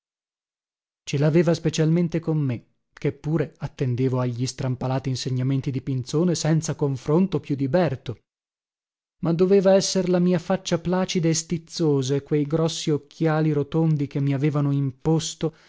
ce laveva specialmente con me che pure attendevo agli strampalati insegnamenti di pinzone senza confronto più di berto ma doveva esser la mia faccia placida e stizzosa e quei grossi occhiali rotondi che mi avevano imposto